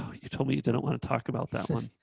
ah you told me you didn't want to talk about that one.